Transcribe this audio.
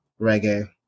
reggae